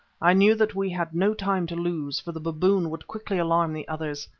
i knew that we had no time to lose, for the baboon would quickly alarm the others.